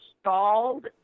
stalled